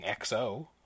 XO